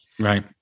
Right